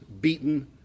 beaten